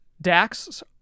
dax